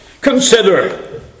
consider